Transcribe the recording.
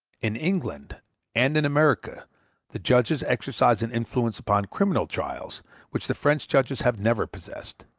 in england and in america the judges exercise an influence upon criminal trials which the french judges have never possessed.